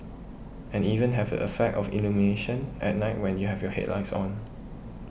and even have a effect of illumination at night when you have your headlights on